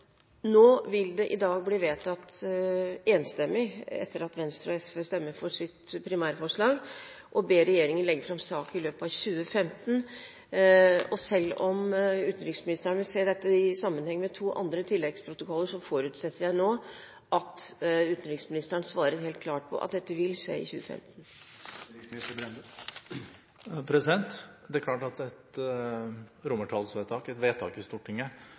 Nå vil det i dag bli vedtatt enstemmig – etter at Venstre og SV stemmer for sitt primærforslag – å be regjeringen legge fram sak i løpet av 2015. Selv om utenriksministeren vil se dette i sammenheng med to andre tilleggsprotokoller, forutsetter jeg nå at utenriksministeren svarer helt klart på at dette vil skje i 2015. Det er klart at jeg – som jeg også sa fra talerstolen – selvsagt vil forholde meg til et vedtak,